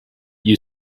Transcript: you